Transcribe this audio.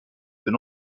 ses